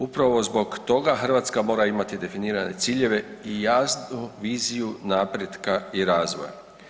Upravo zbog toga Hrvatska mora imati definirane ciljeve i jasnu viziju napretka i razvoja.